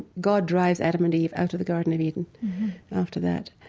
god drives adam and eve out of the garden of eden after that.